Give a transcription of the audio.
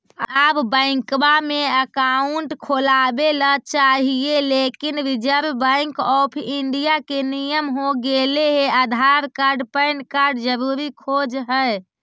आब बैंकवा मे अकाउंट खोलावे ल चाहिए लेकिन रिजर्व बैंक ऑफ़र इंडिया के नियम हो गेले हे आधार कार्ड पैन कार्ड जरूरी खोज है?